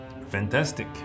Fantastic